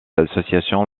associations